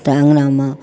तऽ अँगनामे